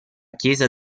chiesa